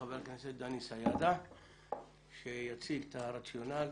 חבר הכנסת דני סידה שיציג את הרציונל.